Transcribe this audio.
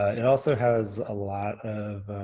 ah it also has a lot of